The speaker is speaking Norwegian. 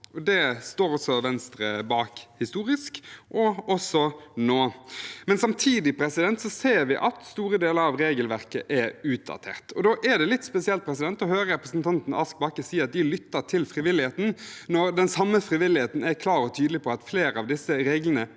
Det står Venstre bak historisk, og også nå. Samtidig ser vi at store deler av regelverket er utdatert. Da er det litt spesielt å høre representanten Ask Bakke si at de lytter til frivilligheten, når den samme frivilligheten er klar og tydelig på at flere av disse reglene